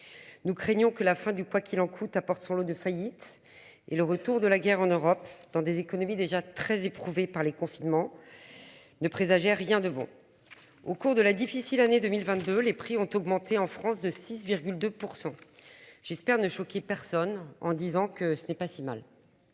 Nous craignons que la fin du quoi qu'il en coûte apporte son lot de faillite et le retour de la guerre en Europe dans des économies déjà très éprouvée par les confinements. De présager rien de bon. Au cours de la difficile année 2022, les prix ont augmenté en France de 6,2%. J'espère ne choquer personne en disant que ce n'est pas si mal.